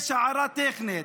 יש הערה טכנית,